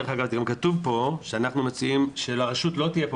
דרך אגב זה גם כתבנו שאנחנו מציעים שהרשות לא תהיה פה